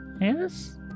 yes